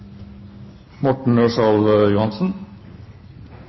Morten Ørsal Johansen.